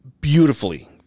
beautifully